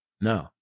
No